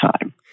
time